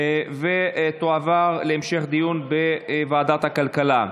ותועבר להמשך דיון בוועדת הכלכלה.